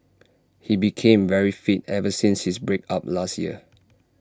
he became very fit ever since his break up last year